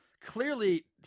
clearly